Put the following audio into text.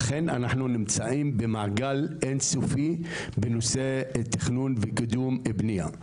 ולכן אנחנו נמצאים במעגל אינסופי בנושא תכנון וקידום בניה.